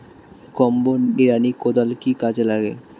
Combo নিড়ানি কোদাল কি কাজে লাগে?